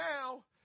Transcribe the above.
now